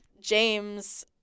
James